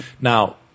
Now